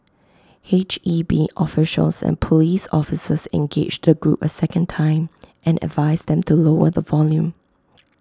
H E B officials and Police officers engaged the group A second time and advised them to lower the volume